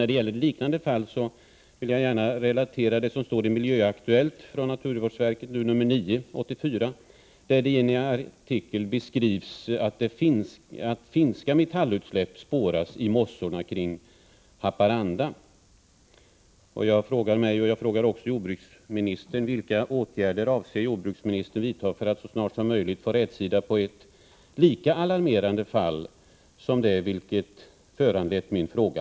När det gäller liknande fall vill jag gärna relatera vad som står i nr 9 år 1984 av Miljöaktuellt, som ges ut av naturvårdsverket. Där heter det i en artikel att finska metallutsläpp spåras i mossor kring Haparanda.